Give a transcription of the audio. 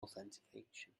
authentication